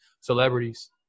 celebrities